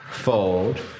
Fold